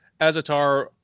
Azatar